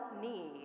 need